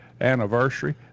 anniversary